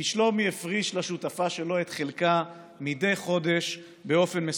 כי שלומי הפריש לשותפה שלו את חלקה מדי חודש באופן מסודר.